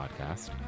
podcast